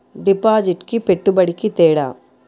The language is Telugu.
డిపాజిట్కి పెట్టుబడికి తేడా?